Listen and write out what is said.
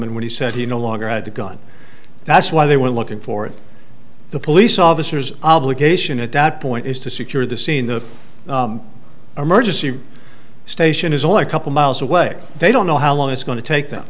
and when he said he no longer had the gun that's why they were looking for the police officers obligation at that point is to secure the scene the emergency station is only a couple miles away they don't know how long it's going to take them